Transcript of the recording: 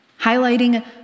highlighting